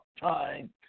time